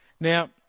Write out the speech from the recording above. Now